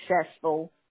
successful